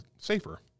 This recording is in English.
safer